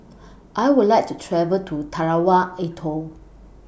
I Would like to travel to Tarawa Atoll